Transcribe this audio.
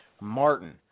Martin